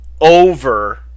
Over